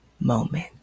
moment